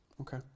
okay